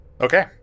Okay